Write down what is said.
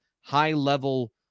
high-level